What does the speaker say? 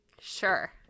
Sure